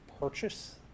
purchase